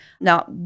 Now